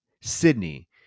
Sydney